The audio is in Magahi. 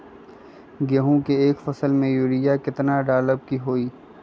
गेंहू के एक फसल में यूरिया केतना डाले के होई?